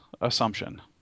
assumption